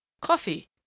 coffee